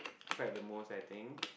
cried the most I think